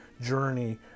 journey